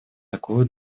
такую